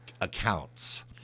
accounts